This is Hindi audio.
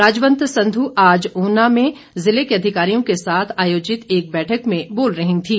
राजवंत संध् आज ऊना में ज़िले के अधिकारियों के साथ आयोजित एक बैठक में बोल रही थीं